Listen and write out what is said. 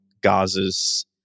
Gaza's